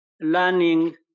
learning